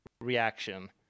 reaction